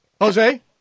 Jose